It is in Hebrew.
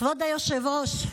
כבוד היושב-ראש,